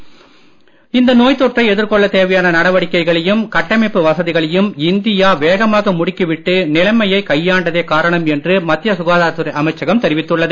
எதிர்கொள்ள நோய்த் தொற்றை தேவையான இந்த நடவடிக்கைகளையும் கட்டமைப்பு வசதிகளையும் இந்தியா வேகமாக முடுக்கி விட்டு நிலைமையை கையாண்டதே காரணம் என்று மத்திய சுகாதாரத் துறை அமைச்சகம் தெரிவித்துள்ளது